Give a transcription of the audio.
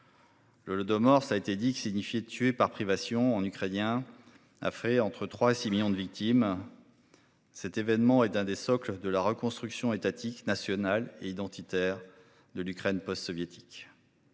de morts, ça a été dit que signifier tué par privation en ukrainien a fait entre 3 et 6 millions de victimes. Cet événement est d'un des socles de la reconstruction étatique national et identitaire de l'Ukraine post-soviétique.